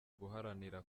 guharanira